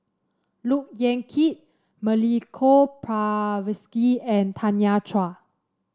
Look Yan Kit Milenko Prvacki and Tanya Chua